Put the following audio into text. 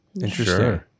Interesting